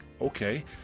okay